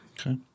Okay